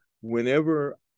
whenever